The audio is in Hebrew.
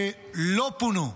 שלא פונו.